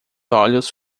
olhos